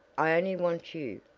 i only want you.